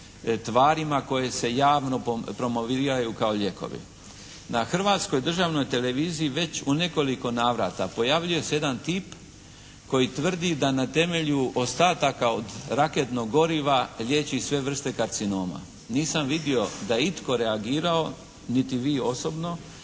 koje se javno promoviraju kao lijekovi. Na Hrvatskoj državnoj televiziji već u nekoliko navrata pojavljuje se jedan tip koji tvrdi da na temelju ostataka od raketnog goriva, liječi sve vrste karcinoma. Nisam vidio da je itko reagirao, niti vi osobno.